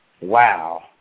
wow